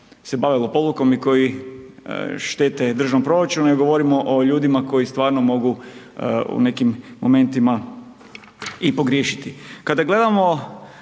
se bave lopovlukom i koji štete državnom proračunu, nego govorimo o ljudima koji stvarno mogu u nekim momentima i pogriješiti. Kada gledamo